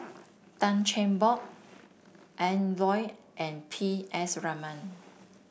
Tan Cheng Bock Ian Loy and P S Raman